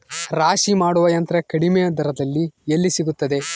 ರಾಶಿ ಮಾಡುವ ಯಂತ್ರ ಕಡಿಮೆ ದರದಲ್ಲಿ ಎಲ್ಲಿ ಸಿಗುತ್ತದೆ?